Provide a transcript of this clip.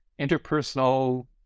interpersonal